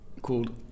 called